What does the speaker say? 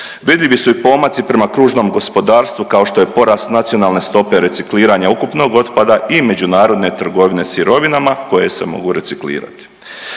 Vidljivi su i pomaci prema kružnom gospodarstvu kao što je porast nacionalne stope recikliranja ukupnog otpada i međunarodne trgovine sirovinama koje se mogu reciklirati.